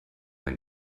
ein